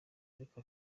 ariko